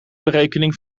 berekening